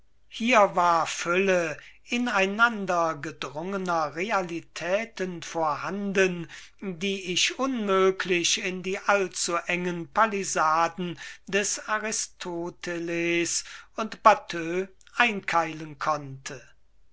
hier war fülle in einander gedrungener realitäten vorhanden die ich unmöglich in die allzuengen pallisaden des aristoteles und batteux einkeilen konnte